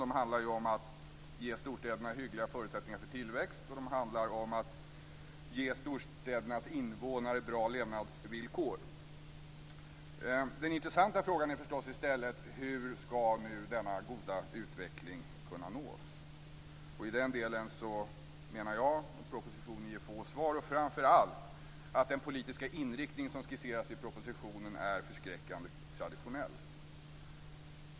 De handlar om att ge storstäderna hyggliga förutsättningar för tillväxt och om att ge storstädernas invånare bra levnadsvillkor. Den intressanta frågan är i stället: Hur skall nu denna goda utveckling kunna nås? I den delen menar jag att propositionen ger få svar och framför allt att den politiska inriktning som skisseras i propositionen är förskräckande traditionell.